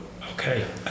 okay